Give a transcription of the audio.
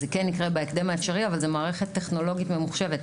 זה כן יקרה בהקדם האפשרי אבל זה מערכת טכנולוגית ממוחשבת.